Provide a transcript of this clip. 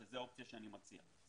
שזו האופציה שאני מציע,